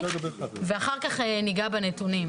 ואחר כך ניגע בנתונים.